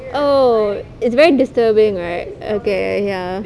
oh it's very disturbing right okay ya